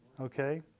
Okay